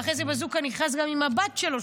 ואחרי זה בזוקה נכנס גם עם הבת שלו,